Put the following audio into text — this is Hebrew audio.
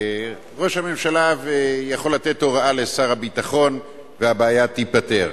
ראש הממשלה יכול לתת הוראה לשר הביטחון והבעיה תיפתר.